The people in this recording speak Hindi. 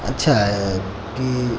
अच्छा है कि